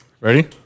ready